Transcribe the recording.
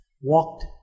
Walked